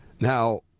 Now